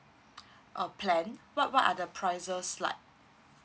uh plan what what are the prices like